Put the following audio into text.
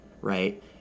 right